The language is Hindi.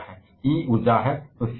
और ई इसी ऊर्जा है